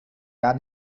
gar